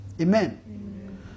Amen